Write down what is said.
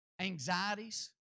anxieties